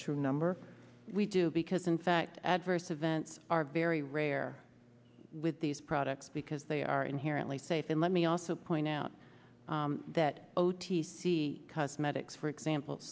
true number we do because in fact adverse events are very rare with these products because they are inherently safe and let me also point out that t c cosmetics for example